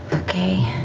okay,